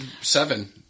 Seven